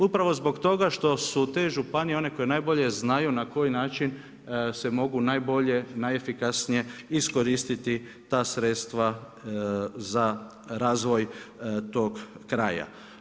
Upravo zbog toga što su te županije one koje najbolje znaju na koji način se mogu najbolje, najefikasnije iskoristiti ta sredstva za razvoj tog kraja.